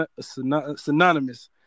synonymous